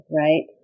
right